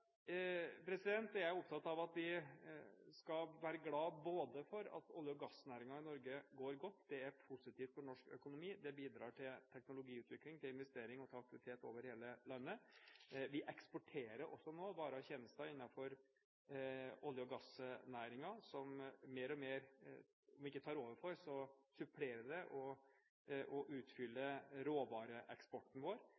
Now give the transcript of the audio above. jeg opptatt av at vi skal være glade for at olje- og gassnæringen i Norge går godt. Det er positivt for norsk økonomi. Det bidrar til teknologiutvikling, til investering og til aktivitet over hele landet. Vi eksporterer nå varer og tjenester innenfor olje- og gassnæringen, så om det ikke tar over for, så supplerer det og utfyller råvareeksporten vår